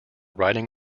writing